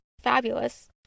fabulous